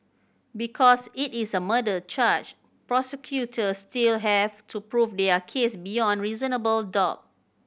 because it is a murder charge prosecutors still have to prove their case beyond reasonable doubt